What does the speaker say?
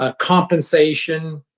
ah compensation,